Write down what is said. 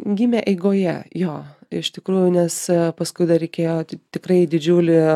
gimė eigoje jo iš tikrųjų nes paskui dar reikėjo tikrai didžiulį